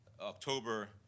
October